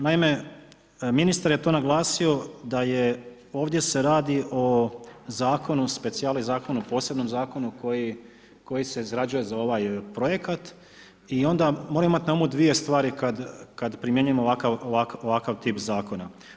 Naime, ministar je to naglasio da je, ovdje se radi o Zakonu, speciali Zakonu, posebnom Zakonu koji se izrađuje za ovaj projekat i onda moramo imati na umu 2 stvari kad primjenjujemo ovakav tip Zakona.